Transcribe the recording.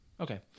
Okay